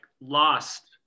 lost